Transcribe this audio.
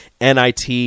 NIT